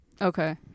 okay